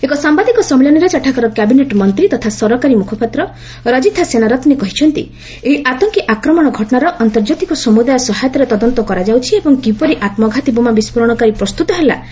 ଏକ ସାମ୍ଭାଦିକ ସମ୍ମିଳନୀରେ ସେଠାକାର କ୍ୟାବିନେଟ୍ ମନ୍ତ୍ରୀ ତଥା ସରକାରୀ ମୁଖପାତ୍ର ରଜିଥା ସେନାରତ୍ତେ କହିଛନ୍ତି ଏହି ଆତଙ୍କୀ ଆକ୍ରମଣ ଘଟଣାର ଅନ୍ତର୍ଜାତିକ ସମୁଦାୟ ସହାୟତାରେ ତଦନ୍ତ କରାଯାଉଛି ଏବଂ କିପରି ଆତ୍କଘାତୀ ବୋମା ବିସ୍ଫୋରଣକାରୀ ପ୍ରସ୍ତୁତ ହେଲା ତାହା ଜାଶିବାପାଇଁ ଚେଷ୍ଟା କରାଯାଉଛି